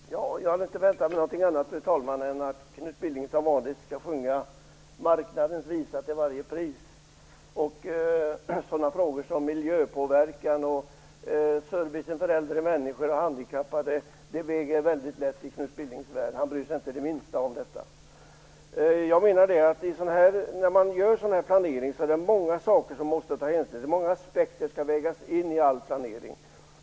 Fru talman! Jag hade inte väntat mig någonting annat än att Knut Billing som vanligt skulle sjunga marknadens lov till varje pris. Sådana frågor som miljöpåverkan och servicen för äldre människor och handikappade väger väldigt lätt i Knut Billings värld - han bryr sig inte det minsta om dem. När man gör en sådan här planering är det många saker man måste ta hänsyn till. Det är många aspekter som skall vägas in i all planering.